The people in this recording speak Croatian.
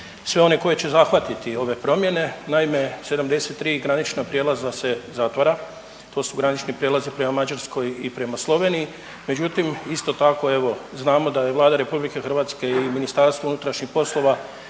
sve one koje će zahvatiti ove promjene. Naime, 73 granična prijelaza se zatvara, to su granični prijelazi prema Mađarskoj i prema Sloveniji. Međutim, isto tako evo znamo da je Vlada RH i MUP našao načina